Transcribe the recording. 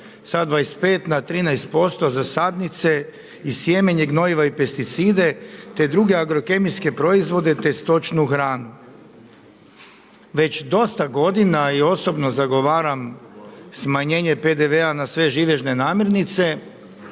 sa 25 na 13% za sadnice i sjemenje, gnojiva i pesticide, te druge agrokemijske proizvode, te stočnu hranu. Već dosta godina i osobno zagovaram smanjenje PDV-a na sve živežne namirnice,